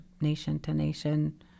nation-to-nation